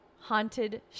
Haunted